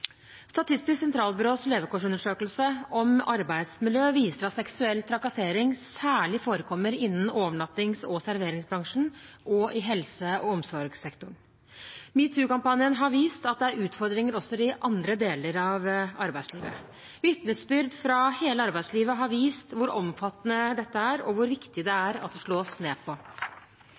Statistisk sentralbyrås levekårsundersøkelse om arbeidsmiljø viser at seksuell trakassering særlig forekommer innen overnattings- og serveringsbransjen og i helse- og omsorgssektoren. Metoo-kampanjen har vist at det er utfordringer også i andre deler av arbeidslivet. Vitnesbyrd fra hele arbeidslivet har vist hvor omfattende dette er, og hvor viktig det er at det slås ned på.